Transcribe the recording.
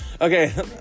Okay